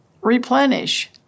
replenish